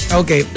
okay